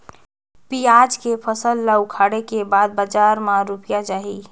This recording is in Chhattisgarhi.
पियाज के फसल ला उखाड़े के बाद बजार मा रुपिया जाही?